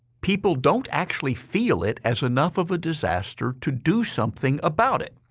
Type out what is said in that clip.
people don't actually feel it as enough of a disaster to do something about it.